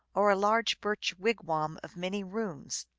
or a large birch wig wam of many rooms.